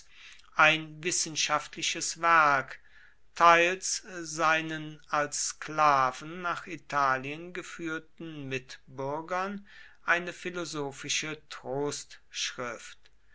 ein wissenschaftliches werk teils seinen als sklaven nach italien geführten mitbürgern eine philosophische